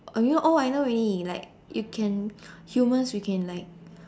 or you know oh I know already like you can humans we can like